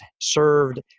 served